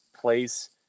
place